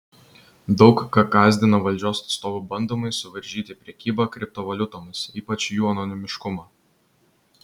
daug ką gąsdina valdžios atstovų bandymai suvaržyti prekybą kriptovaliutomis ypač jų anonimiškumą